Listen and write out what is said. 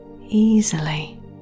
easily